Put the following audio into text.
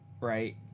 right